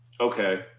okay